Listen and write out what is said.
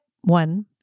one